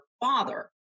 father